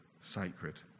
sacred